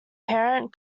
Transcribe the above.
parent